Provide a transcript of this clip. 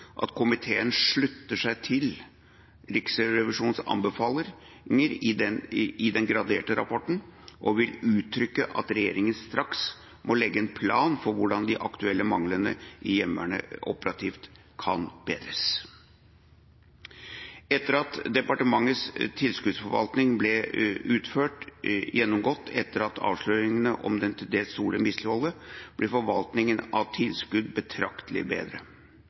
at komiteen slutter seg til Riksrevisjonens anbefalinger i den graderte rapporten og vil uttrykke at regjeringa straks må legge en plan for hvordan de aktuelle manglene i Heimevernet operativt kan bedres. Etter at departementenes tilskuddsforvaltning ble utførlig gjennomgått etter avsløringene om til dels store mislighold, ble forvaltninga av tilskudd betraktelig bedre.